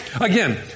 again